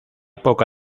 poca